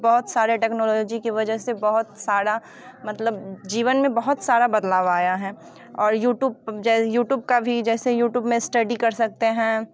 बहुत सारे टेक्नोलॉजी की वजह से बहुत सारा मतलब जीवन में बहुत सारा बदलाव आया है और यूट्यूब यूट्यूब का भी जैसे यूट्यूब में स्टडी कर सकते हैं